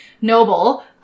noble